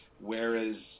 Whereas